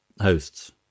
hosts